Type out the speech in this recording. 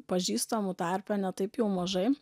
pažįstamų tarpe ne taip jau mažai